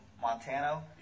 Montano